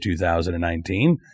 2019